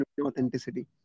authenticity